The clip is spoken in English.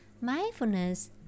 mindfulness